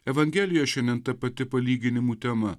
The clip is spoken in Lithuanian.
evangelija šiandien ta pati palyginimų tema